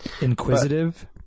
Inquisitive